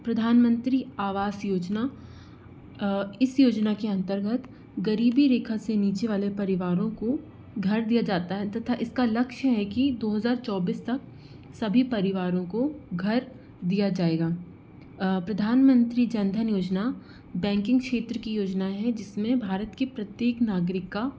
प्रधानमंत्री आवास योजना इस योजना के अंतर्गत गरीबी रेखा से नीचे वाले परिवारों को घर दिया जाता है तथा इसका लक्ष्य हैं कि दो हजार चौबीस तक सभी परिवारों को घर दिया जाएगा प्रधानमंत्री जन धन योजना बैंकिंग क्षेत्र की योजना है जिसमें भारत की प्रत्येक नागरिक का